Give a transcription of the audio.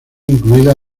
incluida